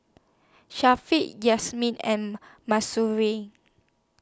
Syafiq Yasmin and Mahsuri